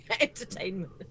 entertainment